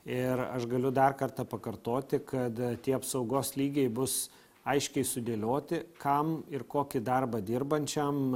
ir aš galiu dar kartą pakartoti kad tie apsaugos lygiai bus aiškiai sudėlioti kam ir kokį darbą dirbančiam